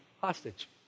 hostage